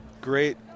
great